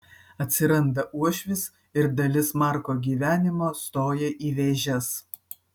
atsiranda uošvis ir dalis marko gyvenimo stoja į vėžes